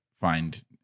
find